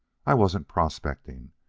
i wasn't prospecting.